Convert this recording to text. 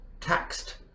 taxed